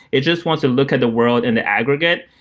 it just wants to look at the world and the aggregate.